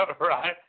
right